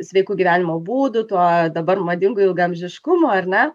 sveiku gyvenimo būdu tuo dabar madingu ilgaamžiškumu ar ne